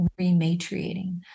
rematriating